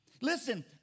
Listen